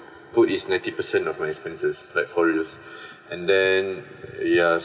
food is ninety percent of my expenses like for reals and then ya